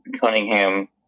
Cunningham